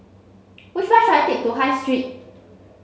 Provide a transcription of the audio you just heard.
which bus should I take to High Street